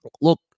look